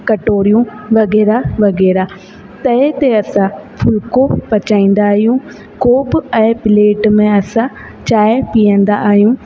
कटोरियूं वग़ैरह वग़ैरह तए ते असां फुल्को पचाईंदा आहियूं कोप ऐं प्लेट में असां चांहि पीअंदा आहियूं